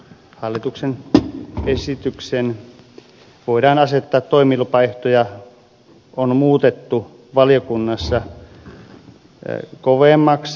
hallituksen esityksen toimilupaehtoja voidaan asettaa on muutettu valiokunnassa kovemmaksi